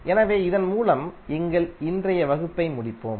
எனவே இதன் மூலம் எங்கள் இன்றைய வகுப்பை முடிப்போம்